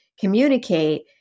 communicate